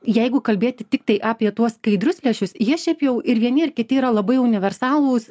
jeigu kalbėti tiktai apie tuos skaidrius lęšius jie šiaip jau ir vieni ir kiti yra labai universalūs